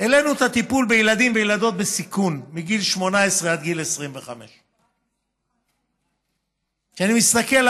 העלינו את הטיפול בילדים וילדות בסיכון מגיל 18 עד גיל 25. כשאני מסתכל,